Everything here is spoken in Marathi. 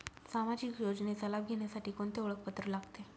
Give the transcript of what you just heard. सामाजिक योजनेचा लाभ घेण्यासाठी कोणते ओळखपत्र लागते?